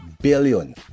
billion